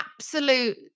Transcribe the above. absolute